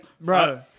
bro